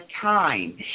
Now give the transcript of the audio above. time